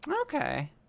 okay